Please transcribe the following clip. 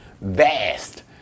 vast